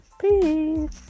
Peace